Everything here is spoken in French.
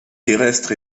terrestre